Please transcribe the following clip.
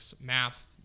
math